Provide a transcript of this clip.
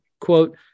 quote